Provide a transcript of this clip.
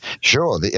Sure